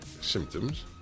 symptoms